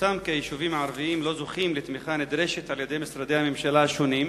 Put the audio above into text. היישובים הערביים לא זוכים לתמיכה נדרשת על-ידי משרד הממשלה השונים,